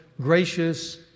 gracious